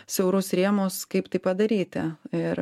siaurus rėmus kaip tai padaryti ir